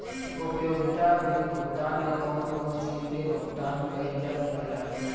उपयोगिता बिल भुगतान में कौन कौन चीज के भुगतान कइल जा सके ला?